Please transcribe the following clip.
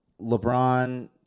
LeBron